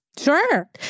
Sure